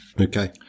Okay